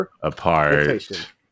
apart